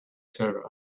server